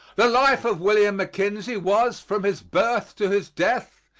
the life of william mckinley was, from his birth to his death,